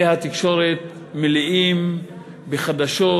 כלי התקשורת מלאים בחדשות,